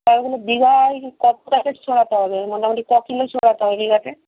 তা ওগুলো বিঘায় কত প্যাকেট ছড়াতে হবে মোটামুটি ককিলো ছড়াতে হবে বিঘাতে